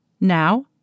Now